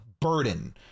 burden